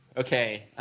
okay.